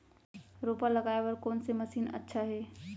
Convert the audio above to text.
रोपा लगाय बर कोन से मशीन अच्छा हे?